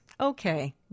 Okay